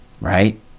right